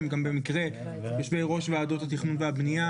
שהם במקרה גם יושבי ראש ועדות התכנון והבנייה,